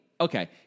Okay